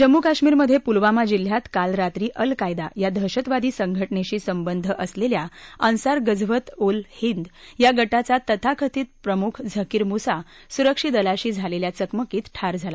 जम्मू कश्मीरमध्ये पुलवामा जिल्ह्यात काल रात्री अल कायदा या दहशतवादी संघटनेशी संबंध असलेल्या अन्सार गझवत उल हिंद या गटाचा तथाकथित प्रमुख झकीर मुसा सुरक्षा दलांशी झालेल्या चकमकीत ठार झाला